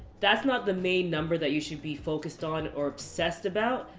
that's not the main number that you should be focused on or obsessed about.